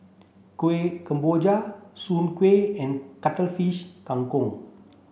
Kueh Kemboja Soon Kway and Cuttlefish Kang Kong